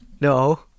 no